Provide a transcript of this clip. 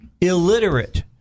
illiterate